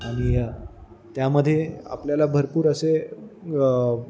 आली आहे त्यामध्ये आपल्याला भरपूर असे